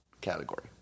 category